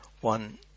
one